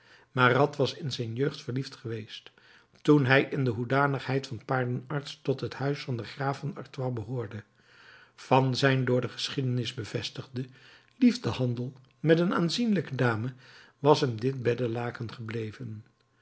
marat was in zijn jeugd verliefd geweest toen hij in hoedanigheid van paardenarts tot het huis van den graaf van artois behoorde van zijn door de geschiedenis bevestigden liefdehandel met een aanzienlijke dame was hem dit beddelaken gebleven